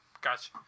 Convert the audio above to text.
Gotcha